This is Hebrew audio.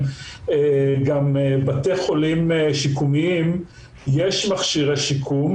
גם בתי חולים שיקומיים יש מכשירי שיקום.